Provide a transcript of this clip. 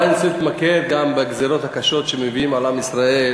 אבל אני רוצה להתמקד גם בגזירות הקשות שמביאים על עם ישראל,